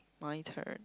my turn